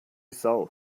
sau